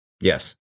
Yes